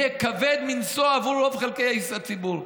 יהיה כבד מנשוא עבור רוב חלקי הציבור.